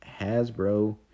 Hasbro